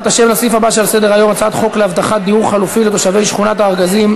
42 תומכים, שמונה מתנגדים.